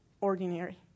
ordinary